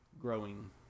growing